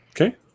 okay